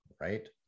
right